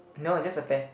no just a pear